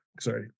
Sorry